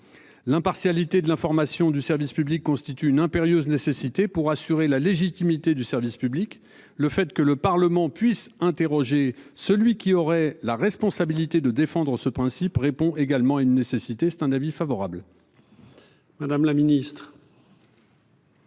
l'impartialité de l'information du service public, constitue une impérieuse nécessité pour assurer la légitimité du service public. Le fait que le Parlement puisse interroger celui qui aurait la responsabilité de défendre ce principe répond également à une nécessité, c'est un avis favorable. Madame la Ministre.